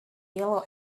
yellow